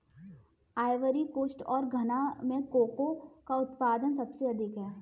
Ivory coast और घना में कोको का उत्पादन सबसे अधिक है